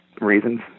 reasons